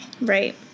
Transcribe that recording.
Right